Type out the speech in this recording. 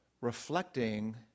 reflecting